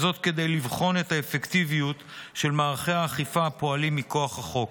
וזאת כדי לבחון את האפקטיביות של מערכי האכיפה הפועלים מכוח החוק.